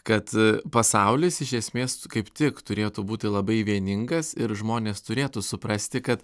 kad pasaulis iš esmės kaip tik turėtų būti labai vieningas ir žmonės turėtų suprasti kad